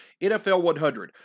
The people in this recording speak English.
NFL100